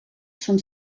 són